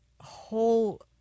whole